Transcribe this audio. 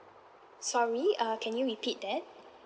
sorry uh can you repeat that